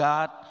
God